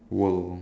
world